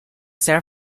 san